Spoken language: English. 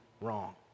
wrong